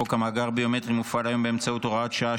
חוק המאגר הביומטרי מופעל היום באמצעות הוראת שעה,